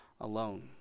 alone